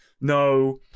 No